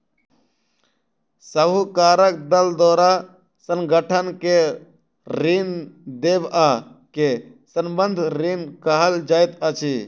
साहूकारक दल द्वारा संगठन के ऋण देबअ के संबंद्ध ऋण कहल जाइत अछि